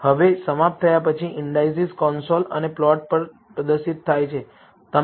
હવે સમાપ્ત થયા પછી ઈન્ડાઈસિસ કન્સોલ અને પ્લોટ પર પ્રદર્શિત થાય છે